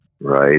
right